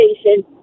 Station